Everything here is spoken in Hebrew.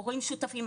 ההורים שותפים.